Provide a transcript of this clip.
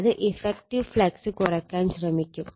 അത് effective flux കുറക്കാൻ ശ്രമിക്കും